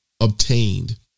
obtained